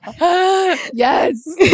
yes